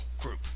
group